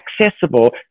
accessible